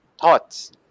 thoughts